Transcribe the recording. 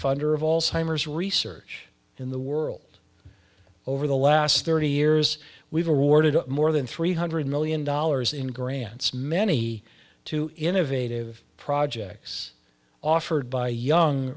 funder of all simers research in the world over the last thirty years we've awarded more than three hundred million dollars in grants many to innovative projects offered by young